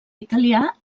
italià